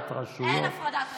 הפרדת רשויות, אין הפרדת רשויות.